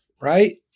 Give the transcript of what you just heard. right